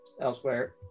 elsewhere